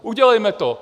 Udělejte to.